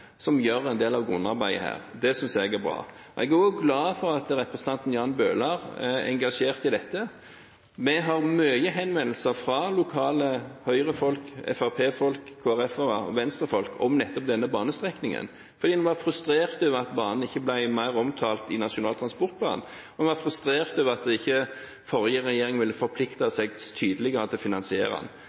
som gjør en del av grunnarbeidet her. Det synes jeg er bra. Jeg er også glad for at representanten Jan Bøhler er engasjert i dette. Vi har mange henvendelser fra lokale Høyre-folk, Fremskrittsparti-folk, Kristelig Folkeparti-folk og Venstre-folk om nettopp denne banestrekningen, fordi man er frustrert over at banen ikke ble mer omtalt i Nasjonal transportplan, og man er frustrert over at den forrige regjeringen ikke ville forplikte seg tydeligere